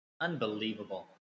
Unbelievable